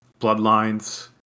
Bloodlines